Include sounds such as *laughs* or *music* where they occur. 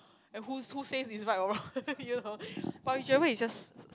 and whose who's say he's right or wrong *laughs* you know but with Xuan-Wei it's just